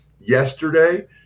yesterday